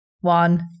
one